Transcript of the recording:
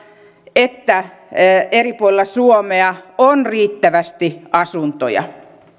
että eri puolilla suomea on riittävästi asuntoja